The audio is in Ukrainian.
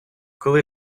коли